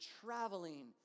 traveling